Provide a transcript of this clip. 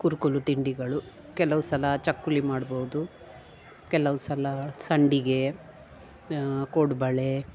ಕುರುಕುಲು ತಿಂಡಿಗಳು ಕೆಲವು ಸಲ ಚಕ್ಕುಲಿ ಮಾಡ್ಬೋದು ಕೆಲವು ಸಲ ಸಂಡಿಗೆ ಕೋಡ್ಬಳೆ